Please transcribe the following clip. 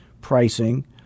pricing